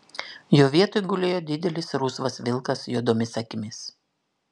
jo vietoj gulėjo didelis rusvas vilkas juodomis akimis